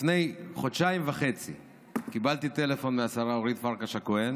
לפני חודשיים וחצי קיבלתי טלפון מהשרה אורית פרקש הכהן,